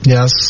Yes